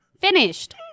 Finished